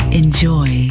enjoy